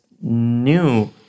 new